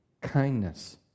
kindness